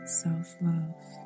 self-love